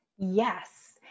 Yes